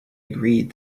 agreed